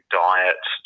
diet